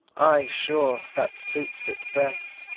ay, sure, that suits it best.